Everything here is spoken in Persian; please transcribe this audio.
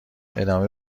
ادامه